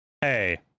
Hey